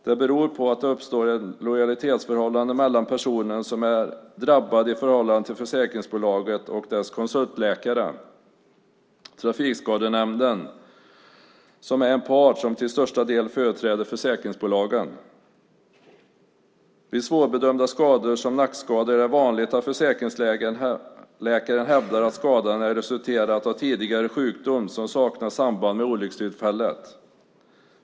Det beror på att det uppstår ett lojalitetsförhållande mellan personen som är drabbad i förhållande till försäkringsbolaget och dess konsultläkare i trafikskadenämnden, som är en part som till största delen företräder försäkringsbolagen. Vid svårbedömda skador som nackskador är det vanligt att försäkringsläkaren hävdar att skadan är ett resultat av tidigare sjukdom som saknar samband med olyckstillfället.